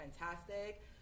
fantastic